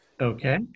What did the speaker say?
Okay